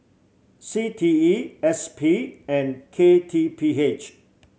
C T E S P and K T P H